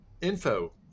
info